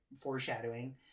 foreshadowing